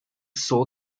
saw